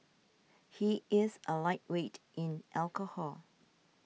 he is a lightweight in alcohol